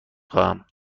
خواهم